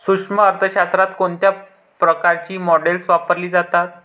सूक्ष्म अर्थशास्त्रात कोणत्या प्रकारची मॉडेल्स वापरली जातात?